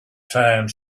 time